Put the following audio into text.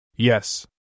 Yes